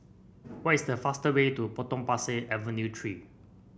what is the fastest way to Potong Pasir Avenue Three